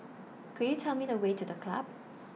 Could YOU Tell Me The Way to The Club